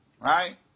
right